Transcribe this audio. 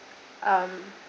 um